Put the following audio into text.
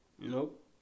Nope